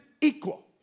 equal